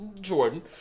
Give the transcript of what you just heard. Jordan